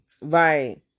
right